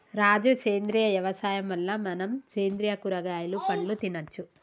రాజు సేంద్రియ యవసాయం వల్ల మనం సేంద్రియ కూరగాయలు పండ్లు తినచ్చు